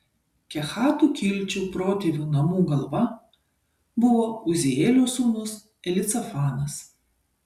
kehatų kilčių protėvių namų galva buvo uzielio sūnus elicafanas